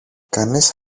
κανείς